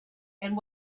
and